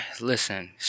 listen